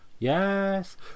Yes